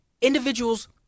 individuals